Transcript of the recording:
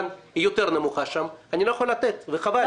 את השירות של קבוצות שעוסקות בסוכרת?